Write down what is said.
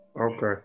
Okay